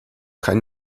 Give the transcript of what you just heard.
kein